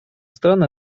страны